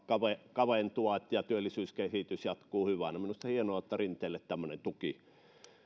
kaventuvat ja työllisyyskehitys jatkuu hyvänä minusta se on hienoa että rinteelle tämmöinen tuki